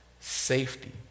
safety